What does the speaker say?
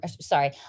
sorry